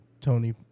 Tony